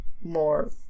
more